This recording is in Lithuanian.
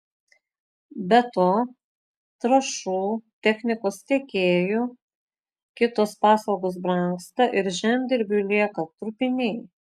be to trąšų technikos tiekėjų kitos paslaugos brangsta ir žemdirbiui lieka trupiniai